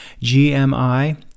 GMI